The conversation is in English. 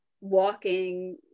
walking